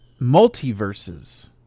Multiverses